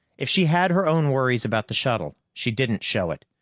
if she had her own worries about the shuttle, she didn't show it.